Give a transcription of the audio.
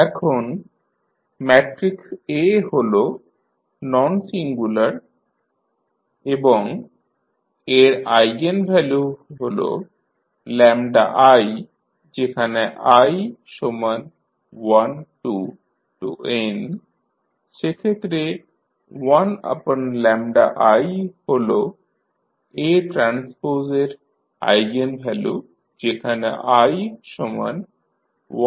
এখন matrix A হল nonsingular এবং এর আইগেনভ্যালু হল i যেখানে i12nসেক্ষেত্রে 1iহলA 1 এর আইগেনভ্যালুযেখানে i12n